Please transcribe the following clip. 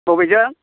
बबेजों